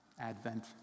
Advent